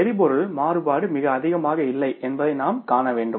எரிபொருள் மாறுபாடு மிக அதிகமாக இல்லை என்பதை நாம் காண வேண்டும்